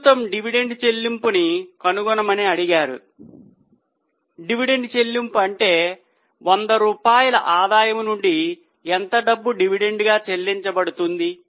ప్రస్తుతం డివిడెండ్ చెల్లింపును కనుగొనమని అడిగారు డివిడెండ్ చెల్లింపు అంటే 100 రూపాయల ఆదాయము నుండి ఎంత డబ్బు డివిడెండ్గా చెల్లించబడుతుంది